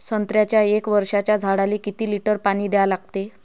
संत्र्याच्या एक वर्षाच्या झाडाले किती लिटर पाणी द्या लागते?